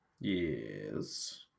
Yes